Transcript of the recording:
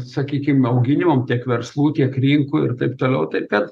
sakykim auginimam tiek verslų tiek rinkų ir taip toliau taip kad